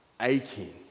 aching